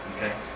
Okay